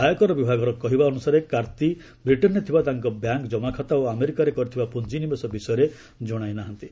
ଆୟକର ବିଭାଗର କହିବା ଅନୁସାରେ କାର୍ତ୍ତି ବ୍ରିଟେନ୍ରେ ଥିବା ତାଙ୍କର ବ୍ୟାଙ୍କ୍ ଜମାଖାତା ଓ ଆମେରିକାରେ କରିଥିବା ପୁଞ୍ଜିନିବେଶ ବିଷୟରେ ଜଣାଇ ନାହାନ୍ତି